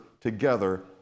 together